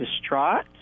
distraught